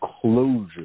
closure